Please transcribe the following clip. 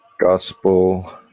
Gospel